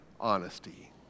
honesty